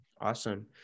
Awesome